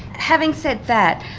having said that,